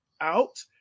out